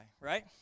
right